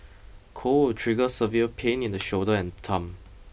cold will trigger severe pain in the shoulder and thumb